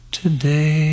today